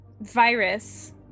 virus